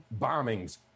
bombings